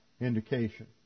indication